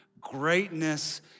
Greatness